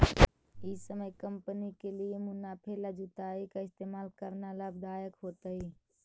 ई समय कंपनी के लिए मुनाफे ला जुताई का इस्तेमाल करना लाभ दायक होतई